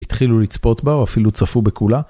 התחילו לצפות בה אפילו צפו בכולה.